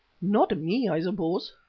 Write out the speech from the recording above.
not me, i suppose?